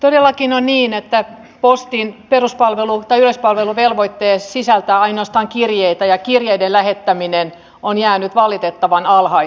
todellakin on niin että postin peruspalvelu tai yleispalveluvelvoite sisältää ainoastaan kirjeitä ja kirjeiden lähettäminen on jäänyt valitettavan alhaiseksi